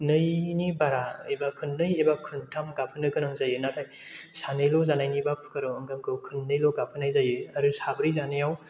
नैनि बारा एबा खन्नै एबा खनथाम गाबहोनो गोनां जायो नाथाय सानैल' जानायनिबा कुकार आव ओंखामखौ खननैल' गाबहोनाय जायो आरो साब्रै जानायाव